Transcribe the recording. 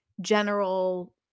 general